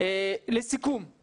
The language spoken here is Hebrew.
לסיכום,